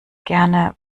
gerne